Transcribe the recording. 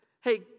Hey